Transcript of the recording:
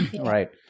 Right